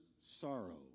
sorrow